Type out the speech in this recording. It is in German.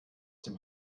dem